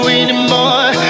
anymore